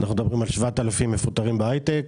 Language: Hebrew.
אנחנו מדברים על 7,000 מפוטרים בהייטק,